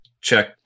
check